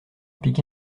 piqué